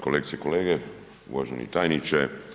Kolegice i kolege, uvaženi tajniče.